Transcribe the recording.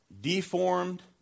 deformed